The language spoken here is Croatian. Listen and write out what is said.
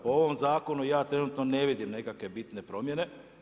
Po ovom zakonu ja trenutno ne vidim nekakve bitne promjene.